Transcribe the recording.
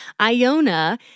Iona